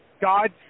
God